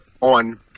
on